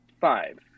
five